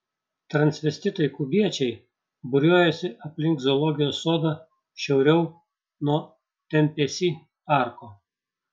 transvestitai kubiečiai būriuojasi aplink zoologijos sodą šiauriau nuo tempėsi parko